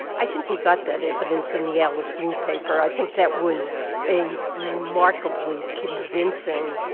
i think we got that evidence in the alice wu paper. i think that was a remarkably convincing,